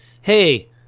hey